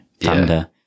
thunder